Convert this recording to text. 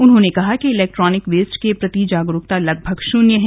उन्होंने कहा कि इलेक्ट्रॉनिक वेस्ट के प्रति जागरूकता लगभग शून्य है